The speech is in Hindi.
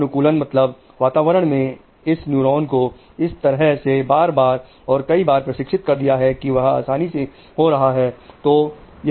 अनुकूलन मतलब वातावरण में इस न्यूरॉन को इस तरह से बार बार और कई बार प्रशिक्षित कर दिया है कि वह आसानी से हो रहा है